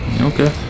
Okay